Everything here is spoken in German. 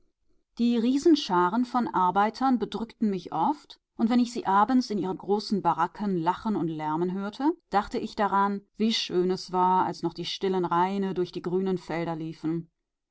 die riesenscharen von arbeitern bedrückten mich oft und wenn ich sie abends in ihren großen baracken lachen und lärmen hörte dachte ich daran wie schön es war als noch die stillen raine durch grüne